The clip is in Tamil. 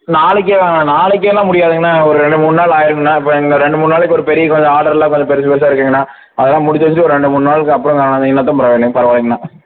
நாளைக்கி நாளைக்கேனால் முடியாதுங்கண்ணா ஒரு ரெண்டு மூணு நாள் ஆயிடுங்கண்ணா இப்ப இன்னும் ரெண்டு மூணு நாளைக்கு ஒரு பெரிய ஆடர்லாம் கொஞ்சம் பெருசு பெருசா இருக்குங்கண்ணா அததெலாம் முடிஞ்சு ஒரு ரெண்டு மூணு நாளுக்கப்புறம் வந்திங்கன்னால் தான் பரவா பரவாயில்லைங்கண்ணா